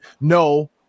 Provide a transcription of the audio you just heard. No